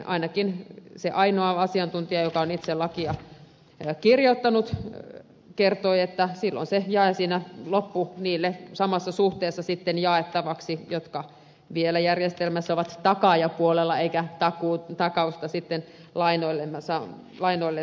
ainakin se ainoa asiantuntija joka on itse lakia kirjoittanut kertoi että silloin se loppu jää samassa suhteessa jaettavaksi niille jotka vielä järjestelmässä ovat takaajapuolella takausta sitten lainoillensa saamassa